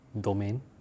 Domain